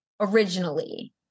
Originally